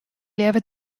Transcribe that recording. leaver